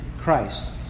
Christ